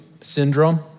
Syndrome